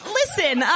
listen